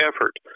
effort